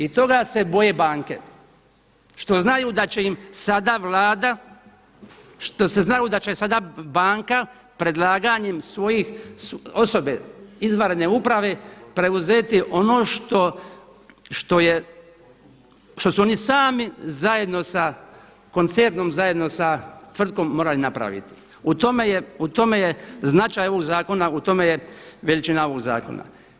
Toga se boje banke što znaju da će im sada Vlada što se znaju da će sada banka predlaganjem svojih osobe izvanredne uprave preuzeti ono što su oni sami zajedno sa koncernom zajedno sa tvrtkom morali napraviti u tome je značaj ovog zakona, u tome je veličina ovog zakona.